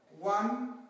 One